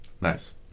Nice